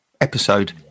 episode